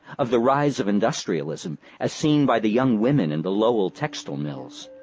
of the rise of industrialism as seen by the young women in the lowell textile mills,